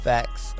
Facts